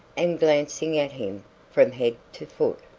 and glancing at him from head to foot,